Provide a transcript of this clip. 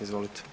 Izvolite.